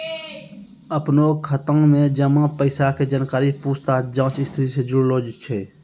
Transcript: अपनो खाता मे जमा पैसा के जानकारी पूछताछ जांच स्थिति से जुड़लो छै